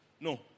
No